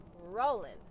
rolling